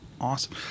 Awesome